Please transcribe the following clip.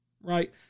right